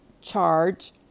charge